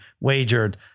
wagered